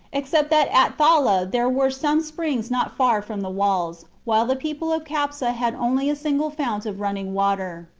except that at thala there were some springs not far from the walls, while the people of capsa had only a single fount of running water,